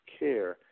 care